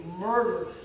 murder